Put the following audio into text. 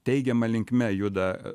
teigiama linkme juda